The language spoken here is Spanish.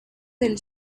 del